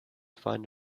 find